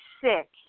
sick